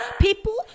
People